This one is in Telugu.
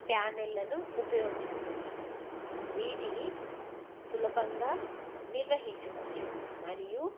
ప్యానెల్లను ఉపయోగిస్తుంది వీటిని సులభంగా నిర్వహించవచ్చు మరియు